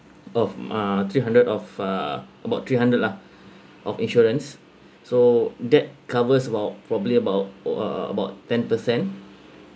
of uh three hundred of uh about three hundred lah of insurance so that covers about probably about uh about ten percent